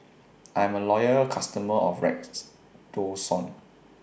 I'm A Loyal customer of Redoxon